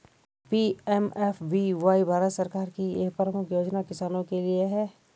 PMFBY Bharat सरकार की एक प्रमुख योजना किसानों के लिए है